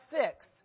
six